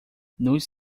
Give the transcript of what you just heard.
nos